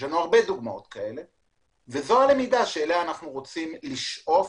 זו הלמידה אליה אנחנו רוצים לשאוף